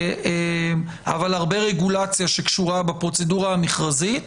אבל הרבה רגולציה שקשורה בפרוצדורה המכרזית,